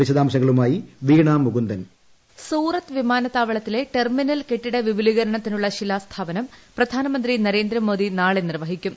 വിശദാംശങ്ങളുമായി വീണാ മുകുന്ദൻ വോയിസ് സൂറത്ത് വിമാനത്താവളത്തിലെ ടെർമിനൽ കെട്ടിട വിപുലീകരണത്തിനുള്ള ശിലാസ്ഥാപനം പ്രധാനമന്ത്രി നരേന്ദ്രമോദി നാളെ നിർവഹിക്കും